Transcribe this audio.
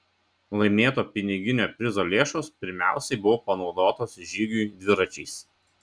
laimėto piniginio prizo lėšos pirmiausiai buvo panaudotos žygiui dviračiais